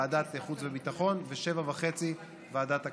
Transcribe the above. ועדת החוץ והביטחון, ו-19:30, ועדת הכספים.